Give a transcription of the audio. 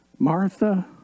Martha